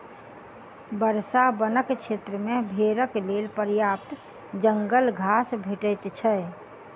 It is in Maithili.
वर्षा वनक क्षेत्र मे भेड़क लेल पर्याप्त जंगल घास भेटैत छै